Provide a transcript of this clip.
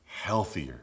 healthier